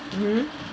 mmhmm